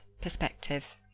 perspective